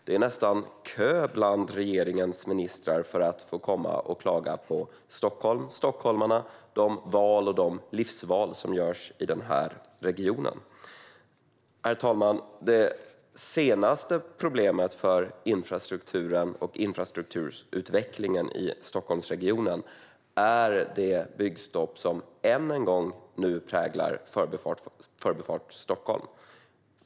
Det är nästan kö bland regeringens ministrar för att få komma och klaga på Stockholm, stockholmarna och de val och livsval som görs i den här regionen. Herr talman! Det senaste problemet för infrastrukturen och infrastrukturutvecklingen i Stockholmsregionen är det byggstopp som än en gång präglar Förbifart Stockholm.